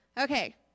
Okay